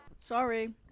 Sorry